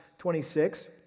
26